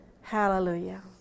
Hallelujah